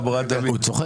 לעמורה דמינו.